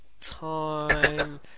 time